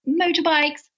motorbikes